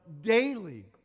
daily